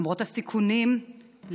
למרות הסיכונים,